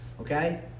Okay